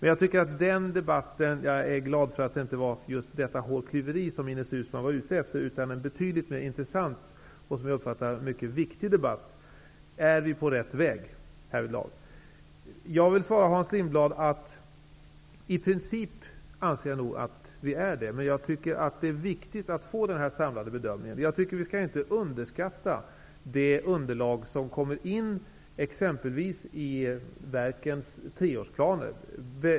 Jag är glad för att Ines Uusmann inte var ute efter hårklyverier av detta slag, utan en betydligt mer intressant och, som jag uppfattar det, mycket viktig debatt, nämligen om vi är på rätt väg. Jag vill svara Hans Lindblad att jag i princip anser att vi är på rätt väg. Jag tycker att det är viktigt att få en samlad bedömning. Vi skall inte underskatta det underlag som kommer in exempelvis i verkens treårsplaner.